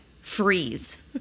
freeze